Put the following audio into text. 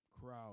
crowd